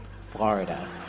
Florida